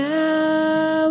now